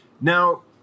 Now